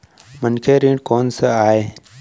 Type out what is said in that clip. मनखे ऋण कोन स आय?